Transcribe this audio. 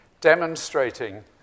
demonstrating